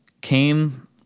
came